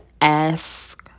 ask